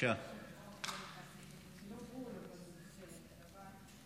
חבר הכנסת קלנר, חבר הכנסת קלנר,